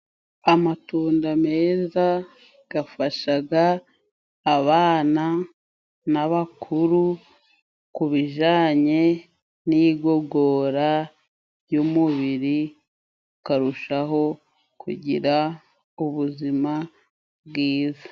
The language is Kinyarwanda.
Amatunda meza gafashaga abana n'abakuru ku bijanye n'igogora ry'umubiri, ukarushaho kugira ubuzima bwiza.